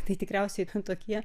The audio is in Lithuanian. tai tikriausiai ten tokie